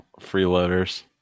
freeloaders